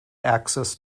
access